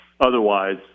Otherwise